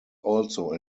also